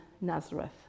Nazareth